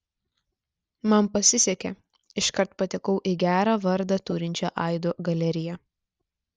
man pasisekė iškart patekau į gerą vardą turinčią aido galeriją